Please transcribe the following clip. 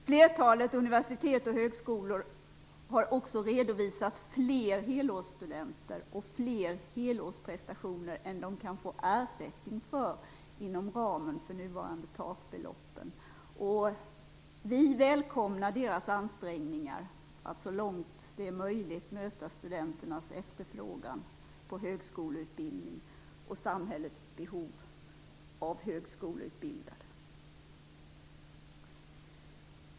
Flertalet universitet och högskolor har också redovisat fler helårsstudenter och fler helårsprestationer än de kan få ersättning för inom ramen för de nuvarande takbeloppen. Vi välkomnar deras ansträngningar att så långt det är möjligt möta studenternas efterfrågan på högskoleutbildning och samhällets behov av högskoleutbildade.